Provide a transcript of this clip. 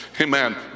Amen